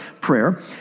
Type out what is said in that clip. prayer